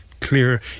clear